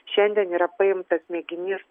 šiandien yra paimtas mėginys